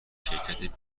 شرکت